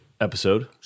episode